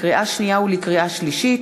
לקריאה שנייה ולקריאה שלישית,